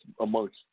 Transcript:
amongst